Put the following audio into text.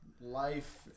life